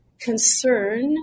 concern